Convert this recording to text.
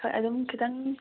ꯍꯣꯏ ꯑꯗꯨꯝ ꯈꯤꯇꯪ